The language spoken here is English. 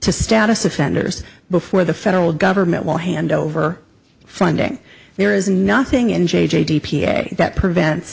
to status offenders before the federal government will hand over funding there is nothing in j j d p a that prevents